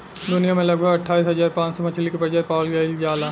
दुनिया में लगभग अठाईस हज़ार पांच सौ मछली के प्रजाति पावल जाइल जाला